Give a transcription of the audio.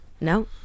no